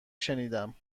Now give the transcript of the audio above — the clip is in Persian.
شنیدم